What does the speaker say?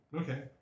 Okay